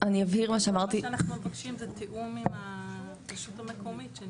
ומה שאנחנו מבקשים זה תיאום עם הרשות המקומית.